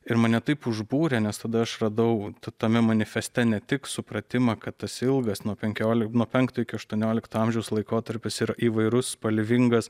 ir mane taip užbūrė nes tada aš radau tame manifeste ne tik supratimą kad tas ilgas nuo penkiol nuo penkto iki aštuoniolikto amžiaus laikotarpis yra įvairus spalvingas